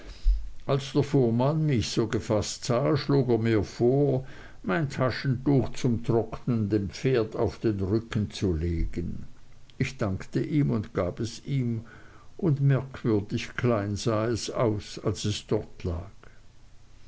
als der fuhrmann mich so gefaßt sah schlug er mir vor mein taschentuch zum trocknen dem pferd auf den rücken zu legen ich dankte ihm und gab es ihm und merkwürdig klein sah es aus als es dort lag